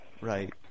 Right